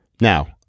Now